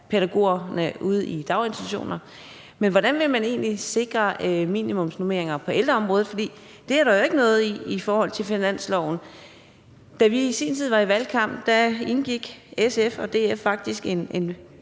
pædagoger ude i daginstitutionerne, men hvordan vil man egentlig sikre minimumsnormeringer på ældreområdet, for det er der jo ikke noget om i finanslovsforslaget? Da vi i sin tid var i valgkamp, indgik SF og DF faktisk den